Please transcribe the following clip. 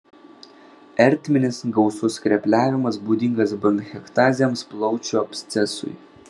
ertminis gausus skrepliavimas būdingas bronchektazėms plaučių abscesui